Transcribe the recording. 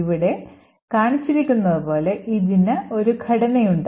ഇവിടെ കാണിച്ചിരിക്കുന്നതുപോലെ ഇതിന് ഒരു ഘടനയുണ്ട്